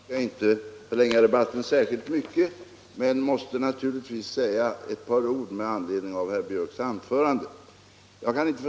Herr talman! Jag skall inte förlänga debatten särskilt mycket men jag måste säga ett par ord med anledning av herr Björcks i Nässjö anförande.